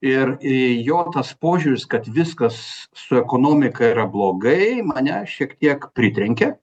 ir jo tas požiūris kad viskas su ekonomika yra blogai mane šiek tiek pritrenkė